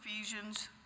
Ephesians